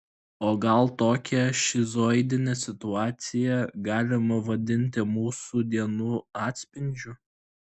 o gal tokią šizoidinę situaciją galima vadinti mūsų dienų atspindžiu